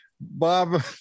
Bob